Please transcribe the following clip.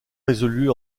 résolue